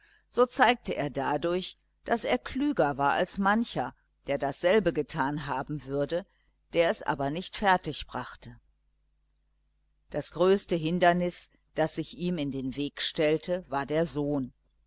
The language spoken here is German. so zeigte er dadurch daß er klüger war als mancher der dasselbe getan haben würde der es aber nicht fertig brachte das größte hindernis das sich ihm in den weg stellte war der sohn